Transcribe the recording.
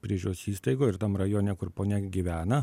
priežiūros įstaigų ir tam rajone kur ponia gyvena